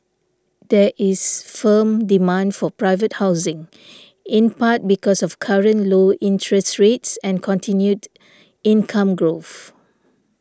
there is firm demand for private housing in part because of current low interest rates and continued income growth